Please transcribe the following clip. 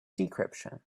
decryption